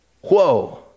Whoa